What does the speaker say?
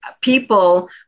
people